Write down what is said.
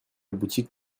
boutique